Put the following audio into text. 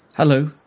Hello